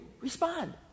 respond